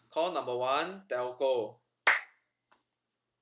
call number one telco